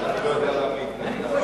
ואני לא יודע למה היא התנגדה,